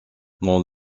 dans